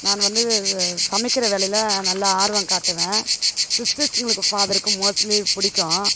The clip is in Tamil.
நான் வந்து சமைக்கிற வேலையில் நல்லா ஆர்வம் காட்டுவேன் சிஸ்டர்ஸ்ஸுங்களுக்கு ஃபாதர்க்கு மோஸ்ட்லி பிடிக்கும்